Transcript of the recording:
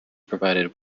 provided